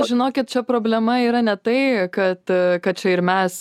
žinokit čia problema yra ne tai kad a kad čia ir mes